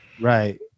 right